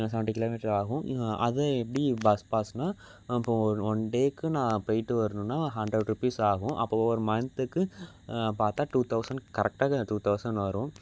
நான் seventy kilometre ஆகும் இங்கே அது எப்படி பஸ் பாஸ்னால் இப்போது ஒரு ஒன் டேவுக்கு நான் போய்விட்டு வரணுன்னா ஹண்ட்ரேட் ருப்பீஸ் ஆகும் அப்போது ஒரு மந்த்துக்கு பார்த்தா டூ தௌசண்ட் கரெக்டாக க டூ தௌசண்ட் வரும்